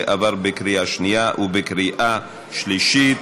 התקבל בקריאה שנייה ובקריאה שלישית.